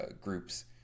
groups